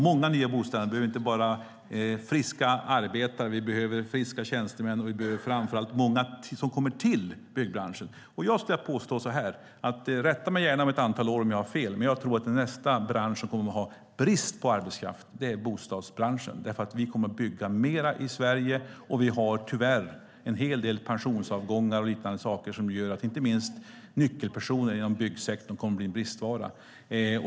Vi behöver inte bara friska arbetare, utan vi behöver också friska tjänstemän och framför allt många som kommer till byggbranschen. Rätta mig gärna om ett antal år om jag har fel, men jag tror att nästa bransch som kommer att ha brist på arbetskraft är bostadsbranschen, för vi kommer att bygga mer i Sverige och har, tyvärr, en hel del pensionsavgångar och liknande som gör att inte minst nyckelpersoner inom byggsektorn kommer att bli en bristvara.